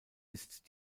ist